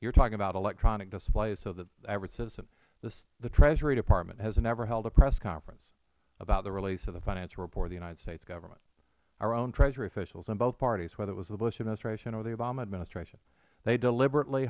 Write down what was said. are talking about electronic displays for the average citizen the treasury department has never held a press conference about the release of the financial report of the united states government our own treasury officials in both parties whether it was the bush administration or the obama administration they deliberately